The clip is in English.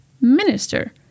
minister